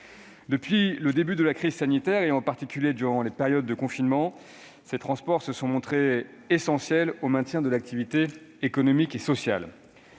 Depuis le début de la crise sanitaire, et en particulier durant les périodes de confinement, ils se sont montrés essentiels au maintien de l'activité économique et sociale.